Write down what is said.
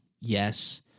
Yes